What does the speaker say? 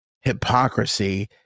hypocrisy